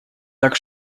так